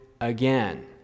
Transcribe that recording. again